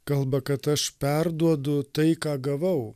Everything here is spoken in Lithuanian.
kalba kad aš perduodu tai ką gavau